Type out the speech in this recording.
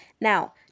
Now